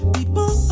People